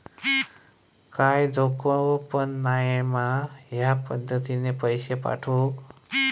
काय धोको पन नाय मा ह्या पद्धतीनं पैसे पाठउक?